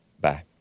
Bye